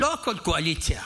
לא הכול קואליציה.